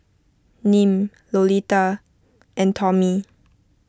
Nim Lolita and Tomie